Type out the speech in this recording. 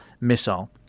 missile